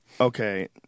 Okay